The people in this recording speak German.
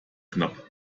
knapp